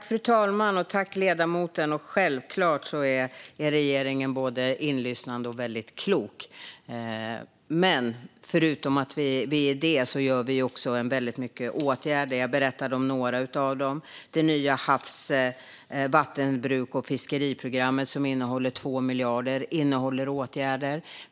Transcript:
Fru talman! Självklart är vi i regeringen både inlyssnande och väldigt kloka, men förutom att vi är det vidtar vi också väldigt många åtgärder. Jag berättade om några av dem. Det nya havs-, fiskeri och vattenbruksprogrammet, som innehåller 2 miljarder, innehåller åtgärder.